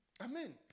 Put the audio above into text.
Amen